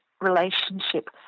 relationship